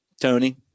Tony